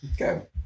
Okay